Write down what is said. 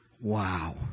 Wow